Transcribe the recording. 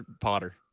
Potter